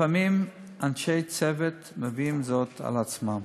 לפעמים אנשי צוות מביאים זאת על עצמם.